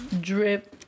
drip